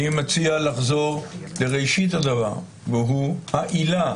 אני מציע לחזור לראשית הדבר, והוא העילה.